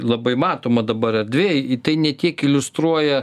labai matoma dabar erdvėj tai ne tiek iliustruoja